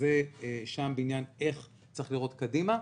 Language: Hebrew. שם זה בעניין איך צריך להיראות קדימה.